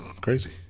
crazy